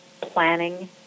planning